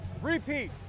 Repeat